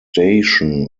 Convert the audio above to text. station